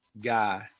guy